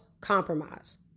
compromise